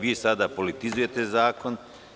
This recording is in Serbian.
Vi sada politizujete zakon.